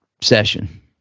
session